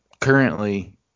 currently